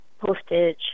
postage